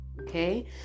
okay